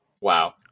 Wow